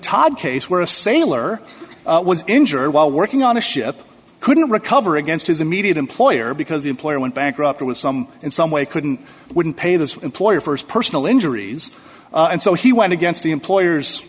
todd case where a sailor was injured while working on a ship couldn't recover against his immediate employer because the employer went bankrupt or with some in some way couldn't wouldn't pay the employer st personal injuries and so he went against the employer